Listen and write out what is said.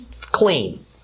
clean